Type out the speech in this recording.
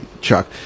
Chuck